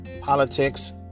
politics